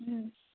ꯎꯝ